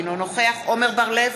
אינו נוכח עמר בר-לב,